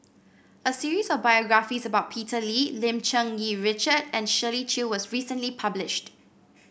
a series of biographies about Peter Lee Lim Cherng Yih Richard and Shirley Chew was recently published